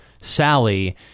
Sally